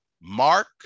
mark